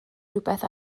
rhywbeth